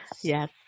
Yes